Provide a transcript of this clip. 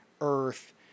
earth